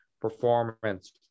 performance